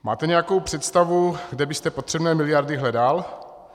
Máte nějakou představu, kde byste potřebné miliardy hledal?